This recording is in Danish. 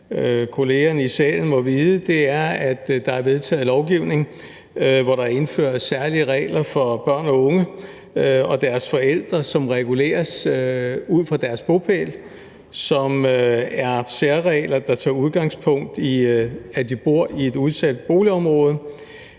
også synes, det er beklageligt at der er vedtaget en lovgivning, hvor der indføres særlige regler for børn og unge og deres forældre, som reguleres ud fra deres bopæl, som er særregler, der tager udgangspunkt i, at de bor i et udsat boligområde.